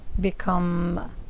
become